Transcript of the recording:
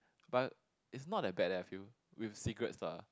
but it's not that bad leh I feel with cigarettes lah